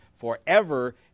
forever